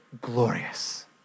glorious